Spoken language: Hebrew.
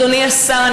אדוני השר,